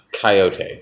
Coyote